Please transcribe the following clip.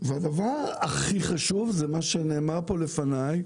הדבר הכי חשוב זה מה שנאמר פה לפניי,